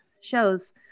Shows